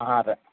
आहारः